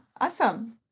awesome